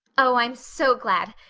oh, i'm so glad.